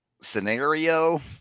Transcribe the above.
scenario